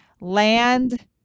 land